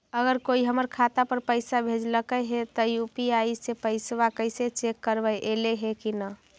अगर कोइ हमर खाता पर पैसा भेजलके हे त यु.पी.आई से पैसबा कैसे चेक करबइ ऐले हे कि न?